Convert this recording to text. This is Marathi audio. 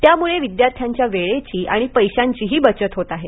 त्यामुळे विद्यार्थ्यांच्या वेळेची आणि पैशाचीही बचत होत आहे